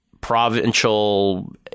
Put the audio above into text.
provincial